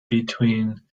between